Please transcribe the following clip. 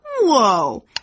Whoa